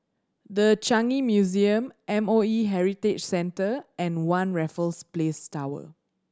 The Changi Museum M O E Heritage Centre and One Raffles Place Tower